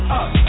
up